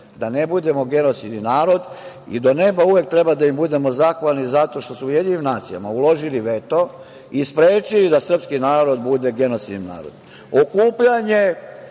da ne budemo genocidan narod i do neba uvek treba da im budemo zahvalni zato što su u Ujedinjenim nacijama uložili veto i sprečili da srpski narod bude genocidan narod. Okupljanje